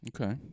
Okay